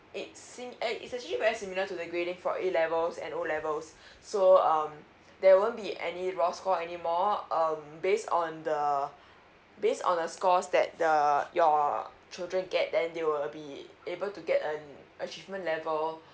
it seem eh it's actually very similar to the grading for A levels and O levels so um there won't be any raw score anymore um based on the based on the scores that the your children get then they will be able to get an achievement level